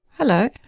Hello